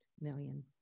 million